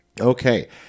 Okay